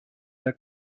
der